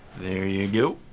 there ya' go.